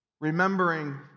Remembering